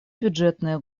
бюджетные